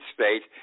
States